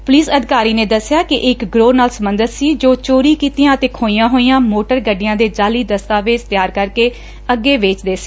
police ਅਧਿਕਾਰੀ ਨੇ ਦਸਿਆ ਕਿ ਇਹ ਇਕ ਗਿਰੋਹ ਨਾਲ ਸਬੰਧਤ ਸੀ ਜੋ ਚੋਰੀ ਕੀਤੀਆਂ ਅਤੇ ਖੋਹੀਆਂ ਹੋਈਆਂ ਮੋਟਰ ਗੱਡੀਆਂ ਦੇ ਜਾਅਲੀ ਦਸਤਾਵੇਜ਼ ਤਿਆਰ ਕਰਕੇ ਅੱਗੇ ਵੇਚਦੇ ਸੀ